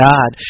God